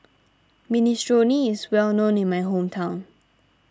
Minestrone is well known in my hometown